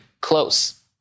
close